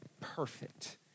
perfect